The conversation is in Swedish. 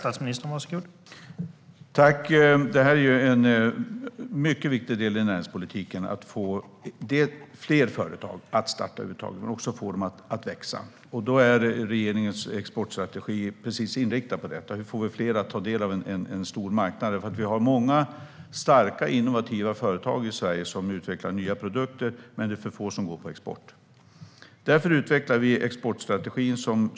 Herr talman! Det är en mycket viktig del av näringspolitiken att få fler företag att starta och växa. Regeringens exportstrategi är inriktad på detta. Hur får vi fler att ta del av en stor marknad? Vi har många starka, innovativa företag i Sverige som utvecklar nya produkter, men det är för få som går på export. Därför utvecklar vi exportstrategin.